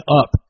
up